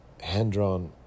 hand-drawn